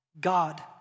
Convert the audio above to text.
God